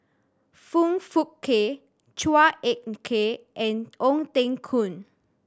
Foong Fook Kay Chua Ek Kay and Ong Teng Koon